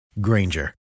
Granger